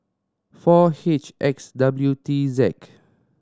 four H X W T Z